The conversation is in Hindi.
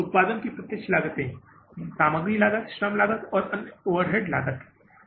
उत्पादन की प्रत्यक्ष लागते सामग्री लागत श्रम लागत और अन्य ओवरहेड्स लागत है